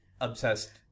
obsessed